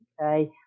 okay